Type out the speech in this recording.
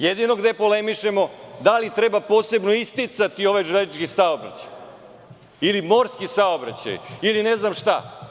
Jedino gde polemišemo je da li treba posebno isticati ovaj železnički ili morski saobraćaj ili ne znam šta.